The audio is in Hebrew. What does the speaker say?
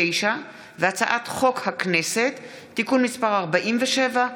49) והצעת חוק הכנסת (תיקון מס' 47),